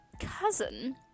cousin